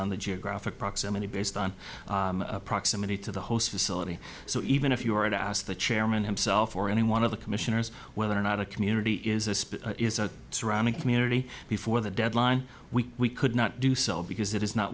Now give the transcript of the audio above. on the geographic proximity based on proximity to the host facility so even if you were to ask the chairman himself or any one of the commissioners whether or not a community is a space is a surrounding community before the deadline we could not do so because it is not